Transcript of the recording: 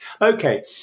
Okay